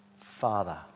father